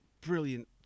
brilliant